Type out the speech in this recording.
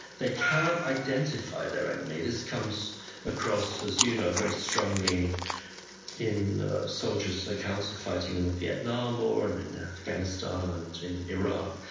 they can't identify their enemy. this comes across as you know, very strongly and in soldiers' accounts of fighting in the vietnam war, in and afghanistan and in iraq.